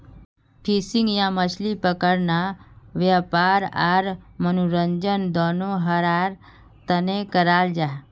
fishing या मछली पकड़ना वयापार आर मनोरंजन दनोहरार तने कराल जाहा